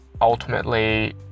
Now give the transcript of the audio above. ultimately